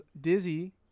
Dizzy